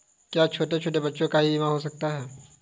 क्या छोटे छोटे बच्चों का भी बीमा हो सकता है?